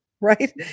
right